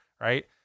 right